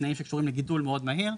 תנאים שקשורים לגידול מאוד מהיר,